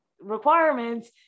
requirements